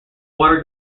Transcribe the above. water